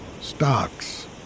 stocks